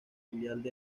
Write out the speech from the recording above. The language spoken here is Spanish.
filial